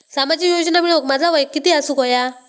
सामाजिक योजना मिळवूक माझा वय किती असूक व्हया?